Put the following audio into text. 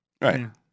Right